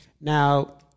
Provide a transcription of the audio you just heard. Now